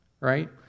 Right